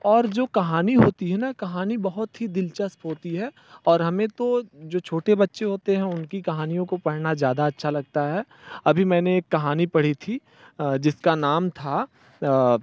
और जो कहानी होती है ना कहानी बहुत ही दिलचस्प होती है और हमें तो जो छोटे बच्चे होते हैं उनकी कहानियों को पढ़ना ज़्यादा अच्छा लगता है अभी मैं एक कहानी पढ़ी थी जिसका नाम था